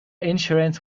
insurance